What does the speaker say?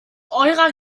eurer